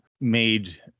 made